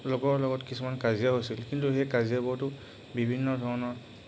লগৰ লগত কিছুমান কাজিয়াও হৈছিল কিন্তু সেই কাজিয়াবোৰতো বিভিন্ন ধৰণৰ